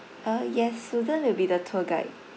uh yes susan will be the tour guide